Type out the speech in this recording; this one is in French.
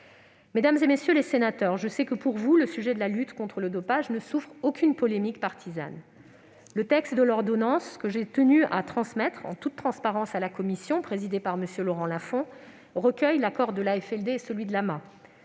Mesdames, messieurs les sénateurs, je sais que, pour vous, le sujet de la lutte contre le dopage ne souffre aucune polémique partisane. Très bien ! Le texte de l'ordonnance, que j'ai tenu à transmettre en toute transparence à la commission présidée par M. Laurent Lafon, recueille l'accord de l'AFLD et celui de l'AMA.